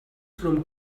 from